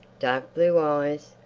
dark blue eyes,